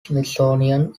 smithsonian